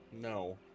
No